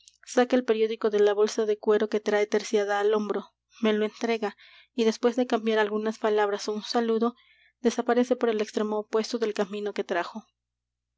saca el periódico de la bolsa de cuero que trae terciada al hombro me lo entrega y después de cambiar algunas palabras ó un saludo desaparece por el extremo opuesto del camino que trajo